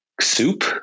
soup